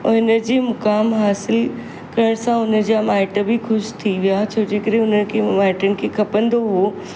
और हिनजे मुक़ामु हासिल करण सां हुनजा माइटि बि ख़ुशि थी विया छोजे करे हुनखे माइटनि खे खपंदो हुओ